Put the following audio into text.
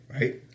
Right